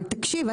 אבל תקשיב,